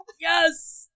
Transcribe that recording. Yes